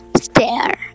Stare